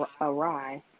awry